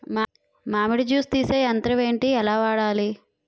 మామిడి జూస్ తీసే యంత్రం ఏంటి? ఎలా వాడాలి?